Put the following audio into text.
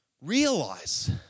realize